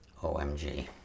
OMG